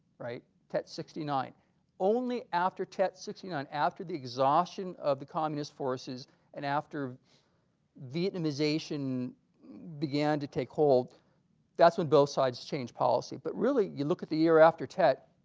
right tet sixty nine only after tet sixty after the exhaustion of the communist forces and after vietnamization began to take hold that's when both sides changed policy but really you look at the year after tet